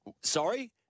Sorry